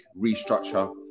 restructure